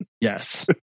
Yes